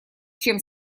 чем